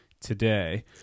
today